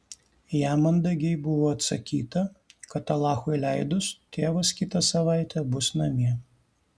jam mandagiai buvo atsakyta kad alachui leidus tėvas kitą savaitę bus namie